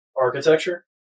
architecture